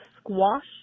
squash